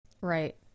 Right